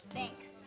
Thanks